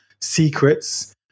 secrets